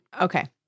okay